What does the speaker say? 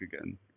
again